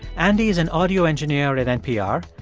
andy is an audio engineer at npr.